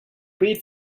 paid